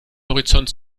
horizont